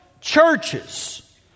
churches